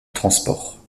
transports